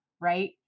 right